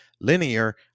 linear